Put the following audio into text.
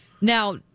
now